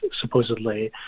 supposedly